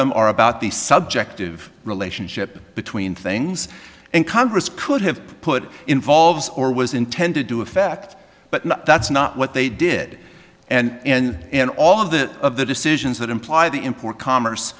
them are about the subjective relationship between things and congress could have put involves or was intended to affect but that's not what they did and in all of the of the decisions that imply the import commerce